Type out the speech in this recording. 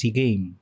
game